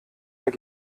mehr